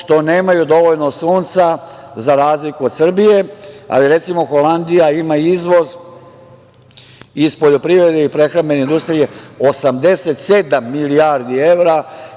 što nemaju dovoljno sunca, za razliku od Srbije. Recimo, Holandija ima izvoz iz poljoprivrede i prehrambene industrije 87 milijardi evra